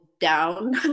down